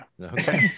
Okay